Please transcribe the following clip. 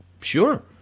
sure